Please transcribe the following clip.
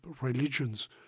religions